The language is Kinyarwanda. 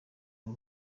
aho